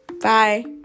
bye